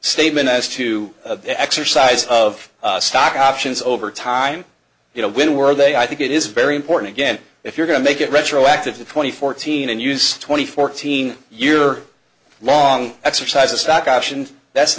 statement as to exercise of stock options over time you know when were they i think it is very important again if you're going to make it retroactive to twenty fourteen and use twenty fourteen year long exercise a stock option that's